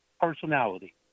personality